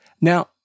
Now